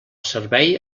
servei